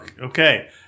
Okay